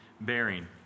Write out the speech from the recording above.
bearing